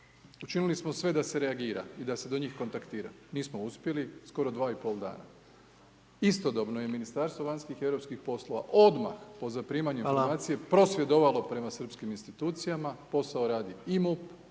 učinili smo sve da se reagira i da se do njih kontaktira. Nismo uspjeli, skoro dva i pol dana. Istodobno je Ministarstvo vanjskih i europskih poslova odmah po zaprimanju informacije…/Upadica: Hvala./…prosvjedovalo prema srpskim institucijama, posao radi i MUP